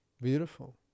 Beautiful